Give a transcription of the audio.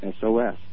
SOS